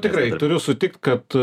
tikrai turiu sutikt kad